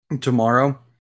tomorrow